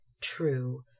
true